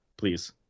please